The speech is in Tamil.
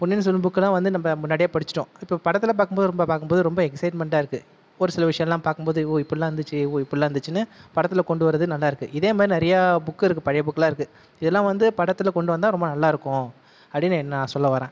பொன்னியின் செல்வன் புக்குலாம் வந்து நம்ம முன்னாடியே படிச்சிட்டோம் இப்போ படத்தில் பார்க்கும் போது ரொம்ப பார்க்கும் போது ரொம்ப எக்ஸைட்மென்ட்டாக இருக்குது ஒரு சில விஷயம்லா பார்க்கும் போது ஓ இப்படிலா இருந்துச்சு ஓ இப்படிலா இருந்துச்சினு படத்தில் கொண்டுவரது நல்லா இருக்குது இதேமாதிரி நிறைய புக் இருக்குது பழைய புக்லாம் இருக்குது இதுலாம் வந்து படத்தில் கொண்டு வந்தால் ரொம்ப நல்லா இருக்கும் அப்படினு நான் சொல்லவரேன்